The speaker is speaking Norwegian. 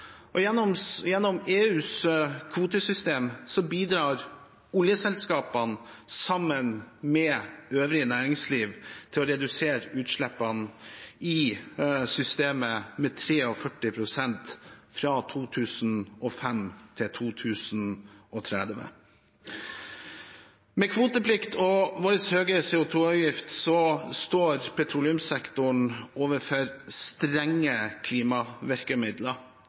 Gjennom EUs kvotesystem bidrar oljeselskapene sammen med øvrig næringsliv til å redusere utslippene i systemet med 43 pst. fra 2005–2030. Med kvoteplikt og vår høye CO2-avgift står petroleumssektoren overfor strenge klimavirkemidler.